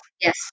yes